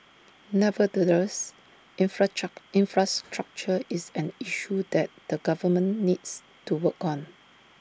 nevertheless infrastructure is an issue that the government needs to work on